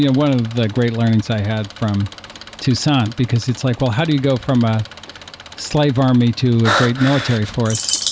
you know one of the great learnings i had from toussaint, because it's like, well how do you go from a slave army to a great military force?